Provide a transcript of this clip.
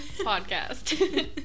Podcast